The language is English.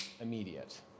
immediate